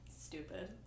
Stupid